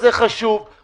ההסתייגות לא התקבלה.